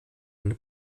eine